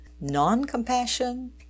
non-compassion